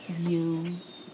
use